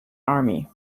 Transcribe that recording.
army